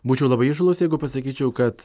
būčiau labai įžūlus jeigu pasakyčiau kad